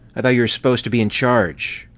i thought you were supposed to be in charge!